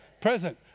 Present